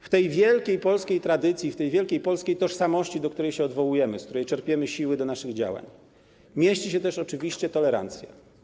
W tej wielkiej polskiej tradycji, w tej wielkiej polskiej tożsamości, do której się odwołujemy, z której czerpiemy siły do naszych działań, mieści się oczywiście tolerancja.